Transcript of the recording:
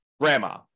grandma